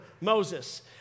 Moses